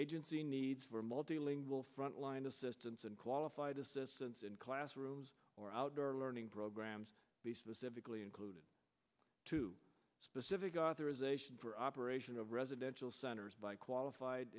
agency needs for multilingual front line assistance and qualified assistance in classrooms or outdoor learning programs be specifically included specific authorization for operation of residential centers by qualified